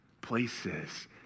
places